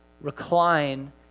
recline